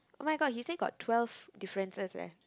oh-my-god he say got twelve differences right